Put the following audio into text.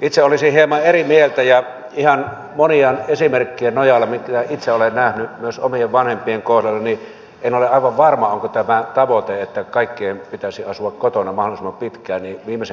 itse olisi hieman koululiikuntaa lisätään ja ihan hurjan esimerkkien nojalla myytyä itse ole nähnyt myös omien vanhempien korvikkeena ovat varmaan pitävä tavoite että kaikkien pitäisi asua se on aivan oikea päätös